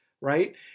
right